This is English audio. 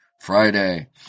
Friday